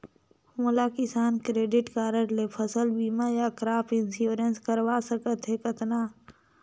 मोला Kisan credit card ले फसल बीमा या क्रॉप इंश्योरेंस करवा सकथ हे कतना?